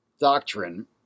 doctrine